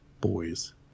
Boys